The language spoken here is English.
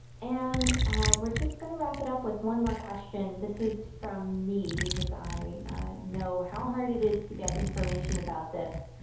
and we're just going to wrap it up with one more question. this is from me because i know how hard it is to get information about this.